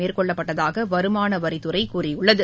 மேற்கொள்ளப்பட்டதாக வருமான வரித்துறை கூறியுள்ளது